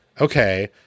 okay